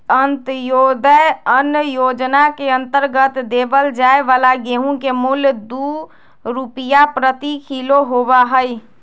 अंत्योदय अन्न योजना के अंतर्गत देवल जाये वाला गेहूं के मूल्य दु रुपीया प्रति किलो होबा हई